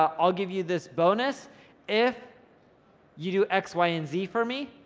ah i'll give you this bonus if you do x y and z for me,